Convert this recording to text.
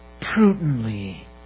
prudently